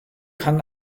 kann